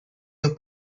your